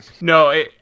No